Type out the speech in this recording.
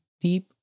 deep